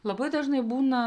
labai dažnai būna